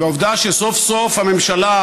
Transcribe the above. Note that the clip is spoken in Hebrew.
והעובדה שסוף-סוף הממשלה,